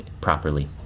properly